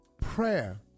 prayer